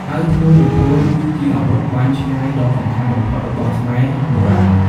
ហើយធ្នូ និងព្រួញ គឺជាអាវុធបាញ់ឆ្ងាយដ៏សំខាន់បំផុតរបស់ខ្មែរបុរាណ។